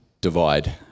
divide